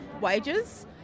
wages